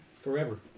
Forever